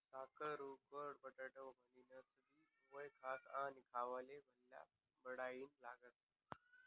साकरु गोड बटाटा म्हनीनसनबी वयखास आणि खावाले भल्ता बडाईना लागस